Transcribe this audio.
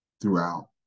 throughout